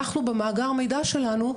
אנחנו במאגר המידע שלנו,